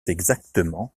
exactement